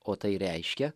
o tai reiškia